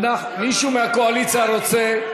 מישהו מהקואליציה רוצה?